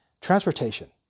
Transportation